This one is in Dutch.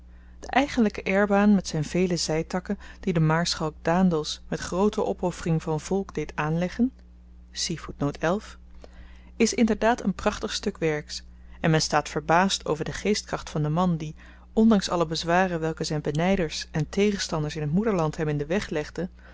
de eigenlyke heirbaan met zyn vele zytakken die de maarschalk daendels met groote opoffering van volk deed aanleggen is inderdaad een prachtig stuk werks en men staat verbaasd over de geestkracht van den man die ondanks alle bezwaren welke zyn benyders en tegenstanders in t moederland hem in den weg